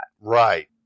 Right